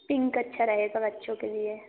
pink अच्छा रहेगा बच्चों के लिए